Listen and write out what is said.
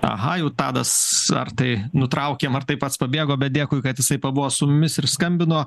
aha jau tadas ar tai nutraukėm ar tai pats pabėgo bet dėkui kad jisai pabuvo su mumis ir skambino